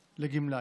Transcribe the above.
לגמלאי.